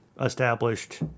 established